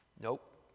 Nope